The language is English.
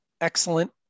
excellent